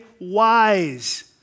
wise